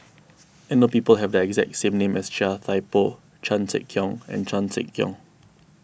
I know people who have the exact same name as Chia Thye Poh Chan Sek Keong and Chan Sek Keong